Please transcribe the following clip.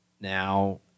Now